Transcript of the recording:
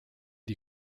die